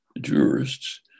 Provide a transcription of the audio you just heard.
jurists